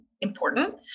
important